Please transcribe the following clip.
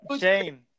Shame